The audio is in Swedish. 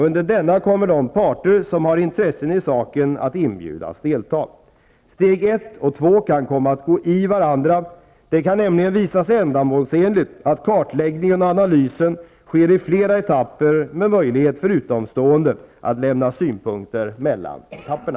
Under denna kommer de parter som har intressen i saken att inbjudas delta. Steg ett och två kan komma att gå i varandra. Det kan nämligen visa sig ändamålsenligt att kartläggningen och analysen sker i flera etapper med möjlighet för utomstående att lämna synpunkter mellan etapperna.